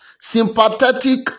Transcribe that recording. sympathetic